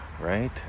right